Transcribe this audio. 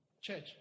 church